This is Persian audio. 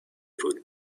روت